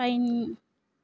pine